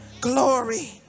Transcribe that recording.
glory